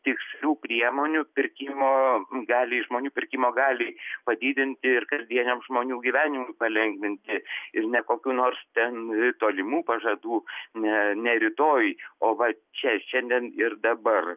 tikslių priemonių pirkimo galiai žmonių pirkimo galiai padidinti ir kasdieniam žmonių gyvenimui palengvinti ir ne kokių nors ten tolimų pažadų ne ne rytoj o vat čia šiandien ir dabar